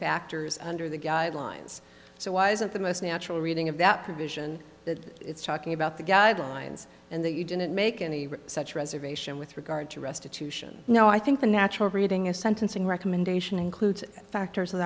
factors under the guidelines so why isn't the most natural reading of that provision that it's talking about the guidelines and that you didn't make any such reservation with regard to restitution no i think the natural reading a sentencing recommendation includes factors that